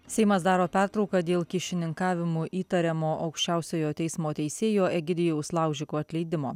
seimas daro pertrauką dėl kyšininkavimu įtariamo aukščiausiojo teismo teisėjo egidijaus laužiko atleidimo